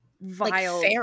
vile